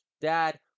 dad